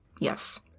Yes